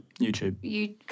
YouTube